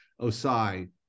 Osai